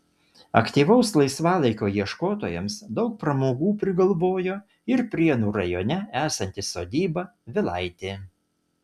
aktyvaus laisvalaikio ieškotojams daug pramogų prigalvojo ir prienų rajone esanti sodyba vilaitė